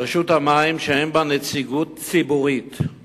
רשות מים שאין בה נציגות ציבורית היא